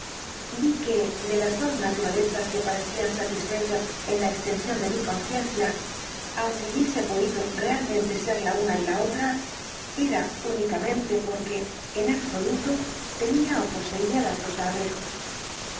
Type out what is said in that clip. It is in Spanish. vi que de las dos naturalezas que parecían satisfechas en la extensión de mi conciencia aunque hubiese podido realmente ser la una y la otra era únicamente porque en absoluto tenía ó poseía las dos á la vez